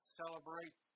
celebrate